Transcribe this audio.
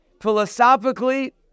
philosophically